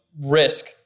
risk